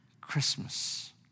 Christmas